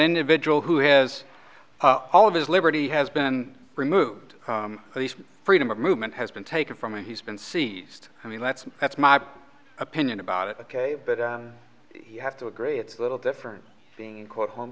individual who has all of his liberty has been removed the freedom of movement has been taken from him he's been seized i mean that's that's my opinion about it ok but you have to agree it's a little different being quote home